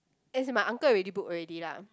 as in my uncle already book already lah